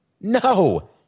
No